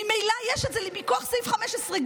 ממילא יש את זה מכוח סעיף 15(ג).